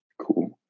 cool